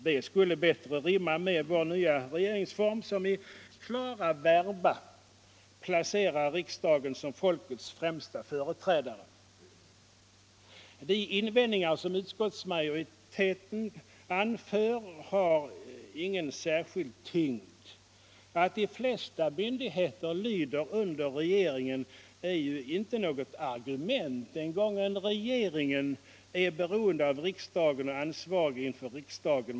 Det skulle bättre rimma med vår nuvarande regeringsform, som i klara verba placerar riksdagen såsom folkets främsta företrädare. De invändningar som riksdagsmajoriteten anför har ingen särskild tyngd. Att de flesta myndigheter lyder under regeringen är ju inte något argument, eftersom regeringen är beroende av riksdagen och ansvarig inför riksdagen.